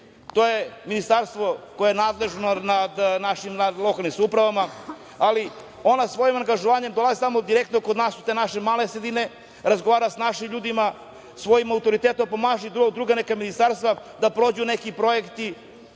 To je ministarstvo koje je nadležno nad našim lokalnim samoupravama. Ona svojim angažovanjem dolazi direktno kod nas u te naše male sredine, razgovara sa našim ljudima, svojim autoritetom pomaže i neka druga ministarstva, da prođu neki projekti.